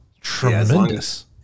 Tremendous